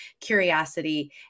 curiosity